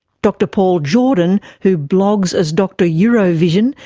dr paul jordan, who blogs as dr eurovision,